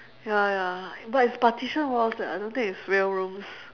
ya ya but it's partition walls eh I don't think it's real rooms